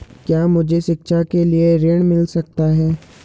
क्या मुझे शिक्षा के लिए ऋण मिल सकता है?